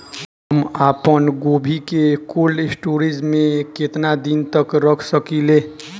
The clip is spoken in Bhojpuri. हम आपनगोभि के कोल्ड स्टोरेजऽ में केतना दिन तक रख सकिले?